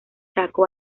chaco